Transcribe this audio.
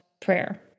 prayer